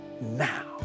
now